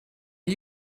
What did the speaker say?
are